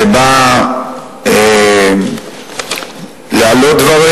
שבאה להעלות דברים.